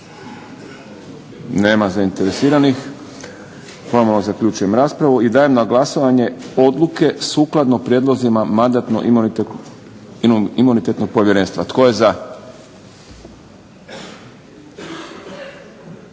Nema zainteresiranih. Zaključujem raspravu. Dajem na glasovanje odluke sukladno prijedlozima mandatno-imunitetnog povjerenstva. Tko je za?